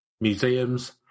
museums